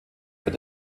wird